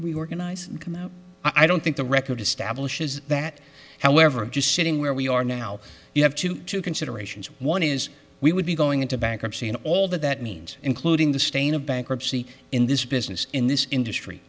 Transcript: organize i don't think the record establishes that however just sitting where we are now you have to two considerations one is we would be going into bankruptcy and all that that means including the stain of bankruptcy in this business in this industry